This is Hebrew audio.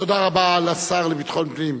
תודה רבה לשר לביטחון פנים.